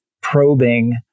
probing